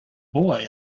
boy